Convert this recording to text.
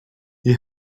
you